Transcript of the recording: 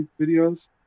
videos